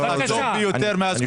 הטוב ביותר מאז קום המדינה.